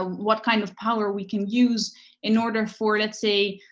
what kind of power we can use in order for, let's say,